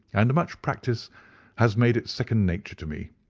and much practice has made it second nature to me.